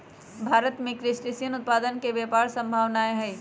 भारत में क्रस्टेशियन उत्पादन के अपार सम्भावनाएँ हई